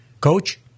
coach